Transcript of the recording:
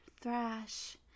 thrash